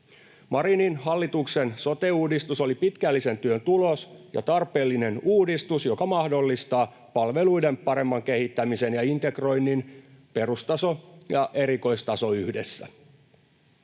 Marinin hallituksen sote-uudistus oli pitkällisen työn tulos ja tarpeellinen uudistus, joka mahdollistaa palveluiden paremman kehittämisen ja integroinnin perustaso ja erikoistaso yhdessä.